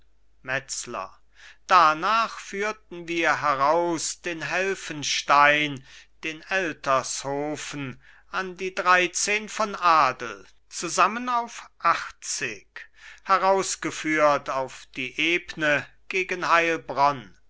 metzler darnach führten wir heraus den helfenstein den eltershofen an die dreizehn von adel zusammen auf achtzig herausgeführt auf die ebne gegen heilbronn